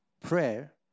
prayer